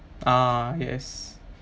ah yes